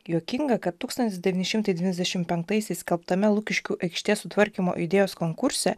juokinga kad tūkstantis devyni šimtai devyniasdešimt penktaisiais skelbtame lukiškių aikštės sutvarkymo idėjos konkurse